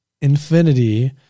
infinity